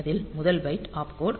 அதில் முதல் byte opcode